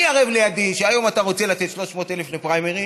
מי ערב לידי שהיום אתה רוצה לתת 300,000 לפריימריז,